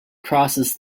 crosses